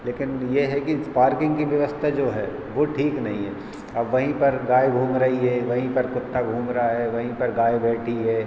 लेकिन ये है कि पार्किंग की व्यवस्था जो है वह ठीक नहीं है अब वहीं पर गाय घूम रही है वहीं पर कुत्ता घूम रहा है वही पर गाय बैठी है